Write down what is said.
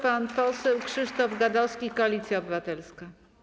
Pan poseł Krzysztof Gadowski, Koalicja Obywatelska.